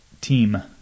Team